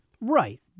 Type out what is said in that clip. Right